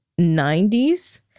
90s